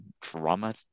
drama